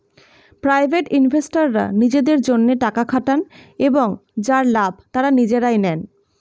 private ইনভেস্টররা নিজেদের জন্যে টাকা খাটান এবং যার লাভ তারা নিজেরাই নেন